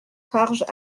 farges